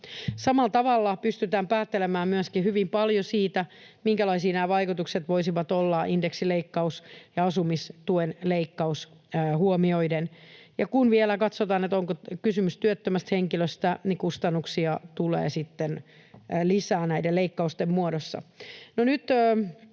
Samalla tavalla pystytään päättelemään hyvin paljon myöskin siitä, minkälaisia nämä vaikutukset voisivat olla indeksileikkaus ja asumistuen leikkaus huomioiden. Ja kun vielä katsotaan, miten on, kun on kysymys työttömästä henkilöstä, niin kustannuksia tulee sitten lisää näiden leik-kausten muodossa.